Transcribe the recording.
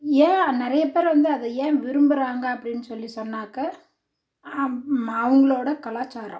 ஏன் நிறைய பேர் வந்து அதை ஏன் விரும்புகிறாங்க அப்படின்னு சொல்லி சொன்னாக்கால் அம் அவங்களோட கலாச்சாரம்